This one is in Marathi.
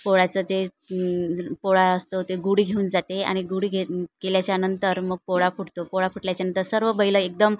पोळ्याचं जे पोळा असतो ते गुढी घेऊन जाते आणि गुढी घे केल्याच्यानंतर मग पोळा फुटतो पोळा फुटल्याच्यानंतर सर्व बैलं एकदम